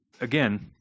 again